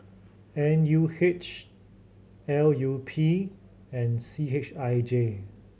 N U H L U P and C H I J